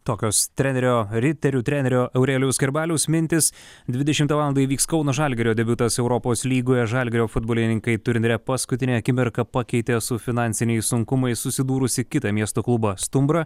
tokios trenerio riterių trenerio aurelijaus skerbaliaus mintys dvidešimtą valandą įvyks kauno žalgirio debiutas europos lygoje žalgirio futbolininkai turnyre paskutinę akimirką pakeitė su finansiniais sunkumais susidūrusį kitą miesto klubą stumbrą